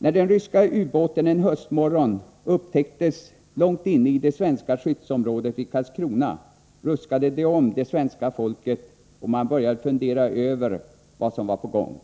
När den ryska ubåten en höstmorgon upptäcktes långt inne i det svenska skyddsområdet vid Karlskrona ruskade det om det svenska folket, och man började fundera över vad som var på gång.